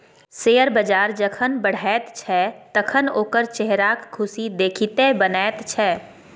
share बजार जखन बढ़ैत छै तखन ओकर चेहराक खुशी देखिते बनैत छै